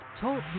Talk